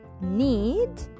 need